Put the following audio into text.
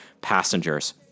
passengers